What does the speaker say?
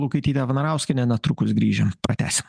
lukaitytė vnarauskienė netrukus grįžę pratęsim